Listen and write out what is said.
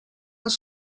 els